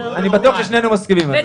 תגיד מה קורה עד שהם מסיימים את המכרז,